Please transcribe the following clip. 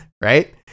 right